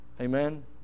Amen